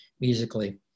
musically